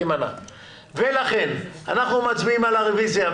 ולכן אנחנו מצביעים על הרביזיה,